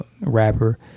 rapper